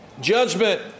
Judgment